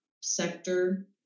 sector